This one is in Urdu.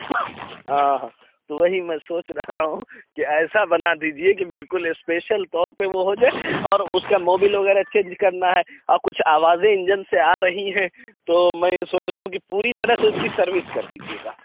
ہاں ہاں تو وہی میں سوچ رہا ہوں کہ ایسا بنا دیجیے کہ بالکل اسپیشل طور پہ وہ ہو جائے اور اُس کا موبل وغیرہ چینج کرنا ہے اور کچھ آوازیں انجن سے آ رہی ہیں تو میں یہ سوچ رہا ہوں کہ پوری طرح سے اُس کی سروس کر دیجیے گا